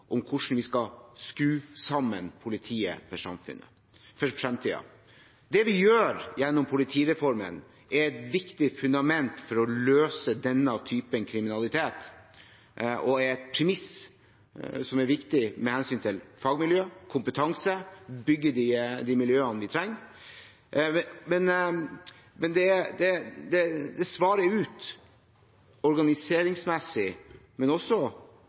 om hvordan vi skal skru sammen politiet for fremtiden. Det vi gjør gjennom politireformen, er et viktig fundament for å løse denne typen kriminalitet og er et premiss som er viktig med hensyn til fagmiljø, kompetanse, å bygge de miljøene vi trenger. Det svarer ut organiseringsmessig, men også teknologimessig, mange av de utfordringene vi står overfor når det